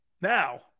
Now